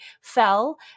fell